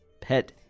pet